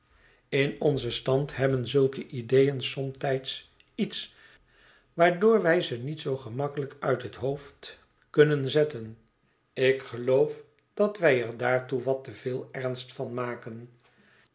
in onzen stand hebben zulke ideeën somtijds iets waardoor wij ze niet zoo gemakkelijk uit het hoofd kunnen zetten ik geloof dat wij er daartoe wat te veel ernst van maken